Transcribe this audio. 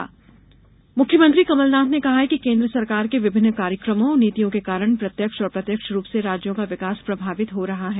कमलनाथ मुख्यमंत्री कमलनाथ ने कहा है कि केन्द्र सरकार के विभिन्न कार्यक्रमों और नीतियों के कारण प्रत्यक्ष और अप्रत्यक्ष रूप से राज्यों का विकास प्रभावित हो रहा है